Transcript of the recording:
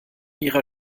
ihrer